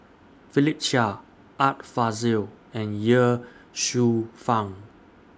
Philip Chia Art Fazil and Ye Shufang